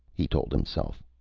he told himself.